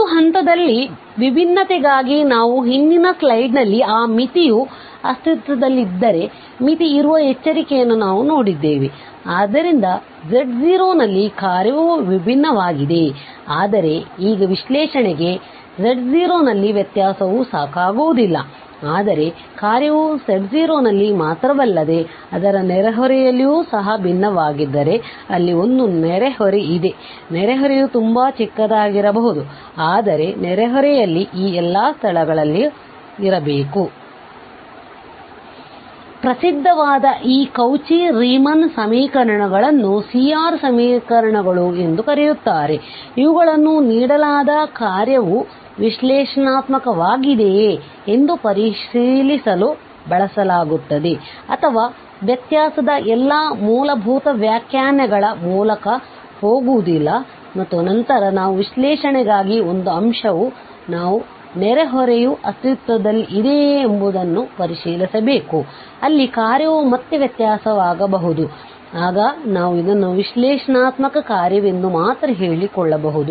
ಒಂದು ಹಂತದಲ್ಲಿ ವಿಭಿನ್ನತೆಗಾಗಿ ನಾವು ಹಿಂದಿನ ಸ್ಲೈಡ್ನಲ್ಲಿ ಆ ಮಿತಿಯು ಅಸ್ತಿತ್ವದಲ್ಲಿದ್ದರೆ ಮಿತಿ ಇರುವ ಎಚ್ಚರಿಕೆಯನ್ನು ನಾವು ನೋಡಿದ್ದೇವೆ ಆದ್ದರಿಂದ z0 ನಲ್ಲಿ ಕಾರ್ಯವು ವಿಭಿನ್ನವಾಗಿದೆ ಆದರೆ ಈಗ ವಿಶ್ಲೇಷಣೆಗೆ z0 ನಲ್ಲಿ ವ್ಯತ್ಯಾಸವು ಸಾಕಾಗುವುದಿಲ್ಲ ಆದರೆ ಕಾರ್ಯವು z0 ನಲ್ಲಿ ಮಾತ್ರವಲ್ಲದೆ ಅದರ ನೆರೆಹೊರೆಯಲ್ಲಿಯೂ ಸಹ ಭಿನ್ನವಾಗಿದ್ದರೆ ಅಲ್ಲಿ ಒಂದು ನೆರೆಹೊರೆಯಿದೆ ನೆರೆಹೊರೆಯು ತುಂಬಾ ಚಿಕ್ಕದಾಗಿರಬಹುದು ಆದರೆ ನೆರೆಹೊರೆಯಲ್ಲಿ ಈ ಎಲ್ಲ ಸ್ಥಳಗಳಲ್ಲಿ ನೆರೆಹೊರೆಯು ಇರಬೇಕು ಆದ್ದರಿಂದ ಪ್ರಸಿದ್ಧವಾದ ಈ ಕೌಚಿ ರೀಮನ್ ಸಮೀಕರಣಗಳನ್ನು ಸಿಆರ್ CR ಸಮೀಕರಣ ಎಂದು ಕರೆಯುತ್ತಾರೆ ಇವುಗಳನ್ನು ನೀಡಲಾದ ಕಾರ್ಯವು ವಿಶ್ಲೇಷಣಾತ್ಮಕವಾಗಿದೆಯೇ ಎಂದು ಪರಿಶೀಲಿಸಲು ಬಳಸಲಾಗುತ್ತದೆ ಅಥವಾ ವ್ಯತ್ಯಾಸದ ಎಲ್ಲಾ ಮೂಲಭೂತ ವ್ಯಾಖ್ಯಾನಗಳ ಮೂಲಕ ಹೋಗುವುದಿಲ್ಲ ಮತ್ತು ನಂತರ ನಾವು ವಿಶ್ಲೇಷಣೆಗಾಗಿ ಒಂದು ಅಂಶವು ನಾವು ನೆರೆಹೊರೆಯು ಅಸ್ತಿತ್ವದಲ್ಲಿದೆಯೇ ಎಂಬುದನ್ನು ಪರಿಶೀಲಿಸಬೇಕು ಅಲ್ಲಿ ಕಾರ್ಯವು ಮತ್ತೆ ವ್ಯತ್ಯಾಸವಾಗಬಹುದು ಆಗ ನಾವು ಇದನ್ನು ವಿಶ್ಲೇಷಣಾತ್ಮಕ ಕಾರ್ಯವೆಂದು ಮಾತ್ರ ಹೇಳಿಕೊಳ್ಳಬಹುದು